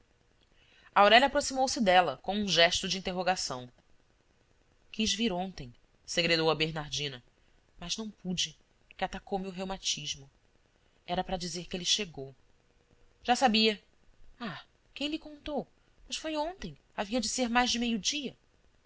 adiantar se aurélia aproximou-se dela com um gesto de interrogação quis vir ontem segredou a bernardina mas não pude que atacou me o reumatismo era para dizer que ele chegou já sabia ah quem lhe contou pois foi ontem havia de ser mais de